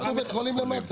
עשו בית חולים למטה.